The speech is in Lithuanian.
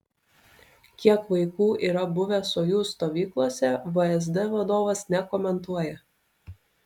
kiek vaikų yra buvę sojuz stovyklose vsd vadovas nekomentuoja